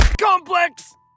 complex